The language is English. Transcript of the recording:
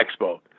Expo